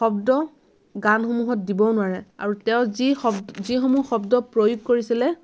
শব্দ গানসমূহত দিবও নোৱাৰে আৰু তেওঁৰ যি শব যিসমূহ শব্দ প্ৰয়োগ কৰিছিলে